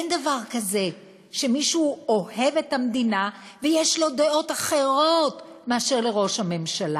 אין דבר כזה שמישהו אוהב את המדינה ויש לו דעות אחרות מאשר לראש הממשלה.